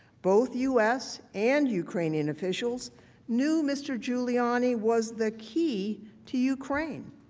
both u s. and ukrainian officials knew mr. giuliani was the key to ukraine.